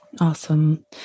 Awesome